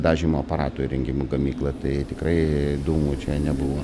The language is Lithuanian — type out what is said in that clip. dažymo aparatų įrengimų gamykla tai tikrai dūmų čia nebuvo